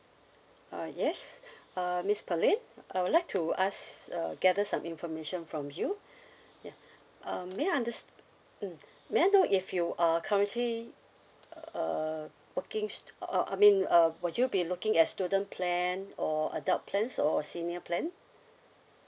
uh yes uh miss pearlyn I would like to ask uh gather some information from you ya um may I underst~ mm may I know if you are currently err working s~ uh I mean uh would you be looking at student plan or adult plans or senior plan